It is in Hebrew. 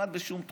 כמעט בשום תחום.